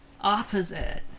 opposite